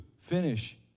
finish